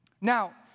Now